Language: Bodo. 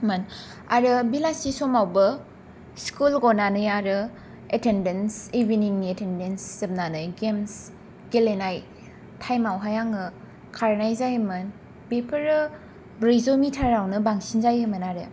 मोन आरो बेलासि समावबो स्कुल गनानै आरो एतेनडेन्स इविनिंगनि एटेन्डेन्स जोबनानै गेम्स गेलेनाय टाइमावहाय आङो खारनाय जायोमोन बेफोरो ब्रैजौ मिटारावनो बांसिन जायोमोन आरो